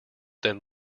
then